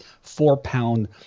four-pound